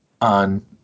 on